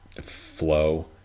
flow